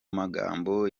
magambo